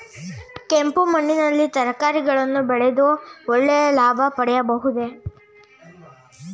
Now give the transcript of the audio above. ಕೆಂಪು ಮಣ್ಣಿನಲ್ಲಿ ತರಕಾರಿಗಳನ್ನು ಬೆಳೆದು ಒಳ್ಳೆಯ ಲಾಭ ಪಡೆಯಬಹುದೇ?